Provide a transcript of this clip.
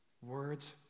Words